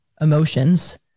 emotions